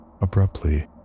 Abruptly